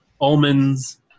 almonds